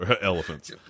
elephants